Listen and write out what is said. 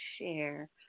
share